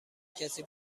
کسی